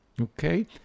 okay